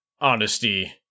honesty